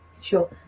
Sure